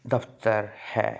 ਦਫਤਰ ਹੈ